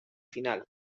final